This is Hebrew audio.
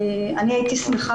אני הייתי שמחה,